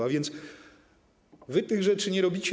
Tak więc wy tych rzeczy nie robicie.